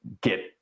get